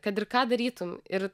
kad ir ką darytum ir